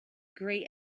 grey